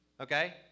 okay